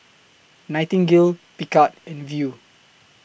Nightingale Picard and Viu